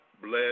bless